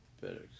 Better